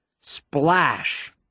Splash